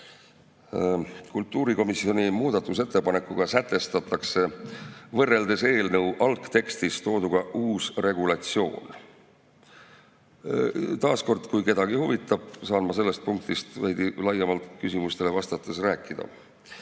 Kultuurikomisjoni muudatusettepanekuga sätestatakse võrreldes eelnõu algtekstis tooduga uus regulatsioon. Taas kord: kui kedagi huvitab, saan ma sellest punktist küsimustele vastates veidi